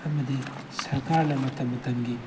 ꯑꯃꯗꯤ ꯁꯔꯀꯥꯔꯅ ꯃꯇꯝ ꯃꯇꯝꯒꯤ